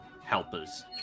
helpers